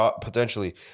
Potentially